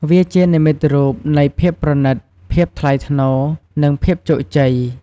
វាជានិមិត្តរូបនៃភាពប្រណីត ភាពថ្លៃថ្នូរ និងភាពជោគជ័យ។